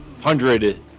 hundred